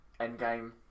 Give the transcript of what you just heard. Endgame